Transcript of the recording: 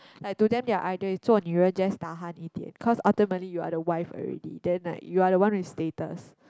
like to them their idea is 做女人 just tahan 一点 cause ultimately you are the wife already then like you are the one with status